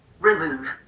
Remove